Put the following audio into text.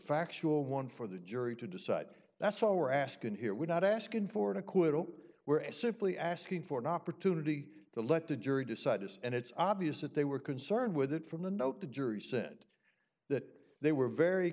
factual one for the jury to decide that's all we're asking here we're not asking for an acquittal we're simply asking for an opportunity to let the jury decide this and it's obvious that they were concerned with it from the note the jury sent that they were very